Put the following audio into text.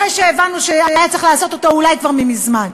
אחרי שהבנו שהיה צריך לעשות אותו אולי כבר ממזמן.